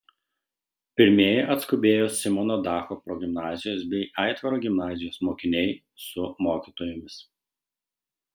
pirmieji atskubėjo simono dacho progimnazijos bei aitvaro gimnazijos mokiniai su mokytojomis